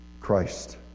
Christ